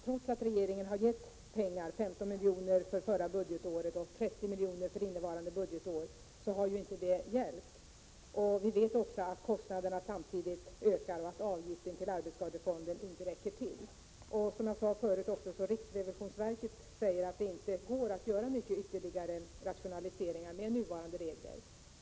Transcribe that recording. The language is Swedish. Trots att regeringen har avsatt pengar, 15 miljoner för förra budgetåret och 30 miljoner för innevarande budgetår, har det inte hjälpt. Vi vet att kostnaderna samtidigt ökar och att avgiften till arbetsskadefonden inte räcker till. Som jag sade 129 förut påpekar riksrevisionsverket att det inte går att göra ytterligare rationaliseringar med nuvarande regler.